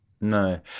No